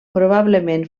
probablement